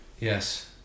Yes